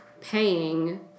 paying